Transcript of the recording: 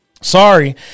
sorry